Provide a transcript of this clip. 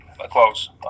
close